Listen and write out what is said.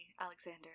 Alexander